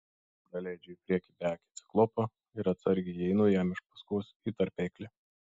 praleidžiu į priekį beakį ciklopą ir atsargiai įeinu jam iš paskos į tarpeklį